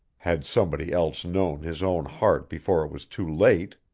had somebody else known his own heart before it was too late?